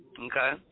okay